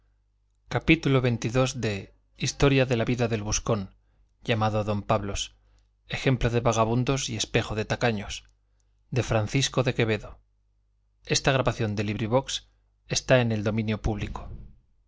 gutenberg ebook historia historia de la vida del buscón llamado don pablos ejemplo de vagamundos y espejo de tacaños de francisco de quevedo y villegas libro primero capítulo i en que